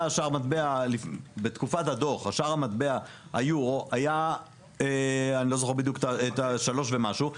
בתקופת הדוח שער מטבע היורו היה 3 ומשהו,